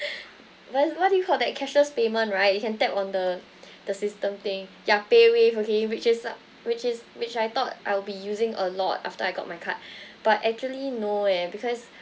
what's what do you call that cashless payment right you can tap on the the system thing ya paywave okay which is up which is which I thought I will be using a lot after I got my card but actually no eh because